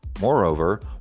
Moreover